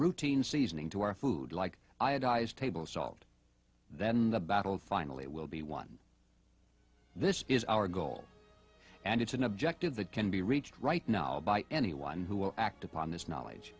routine seasoning to our food like iodized table salt then the battle of finally will be one this is our goal and it's an objective that can be reached right now by anyone who will act upon this knowledge